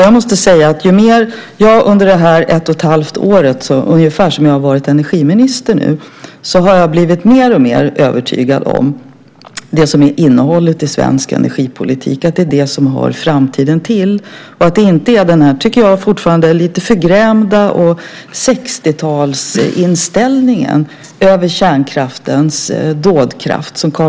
Jag måste säga att under den tid, cirka ett och ett halvt år, som jag har varit energiminister har jag blivit mer och mer övertygad om att det som är innehållet i svensk energipolitik är det som hör framtiden till och inte det som Carl B Hamilton fortsätter att ge uttryck för, nämligen en lite förgrämd 60-talsinställning till kärnkraftens dådkraft.